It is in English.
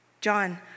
John